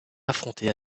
affrontées